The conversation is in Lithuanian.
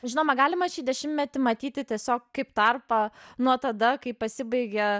žinoma galima šį dešimtmetį matyti tiesiog kaip tarpą nuo tada kai pasibaigia